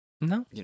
No